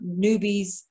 newbies